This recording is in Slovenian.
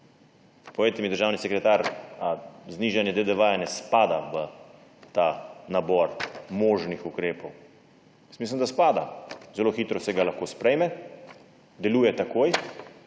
Povejte mi, državni sekretar, ali znižanje DDV ne spada v ta nabor možnih ukrepov? Jaz mislim, da spada. Zelo hitro se ga lahko sprejme, deluje takoj